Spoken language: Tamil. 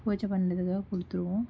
பூஜை பண்ணுறதுக்காக கொடுத்துருவோம்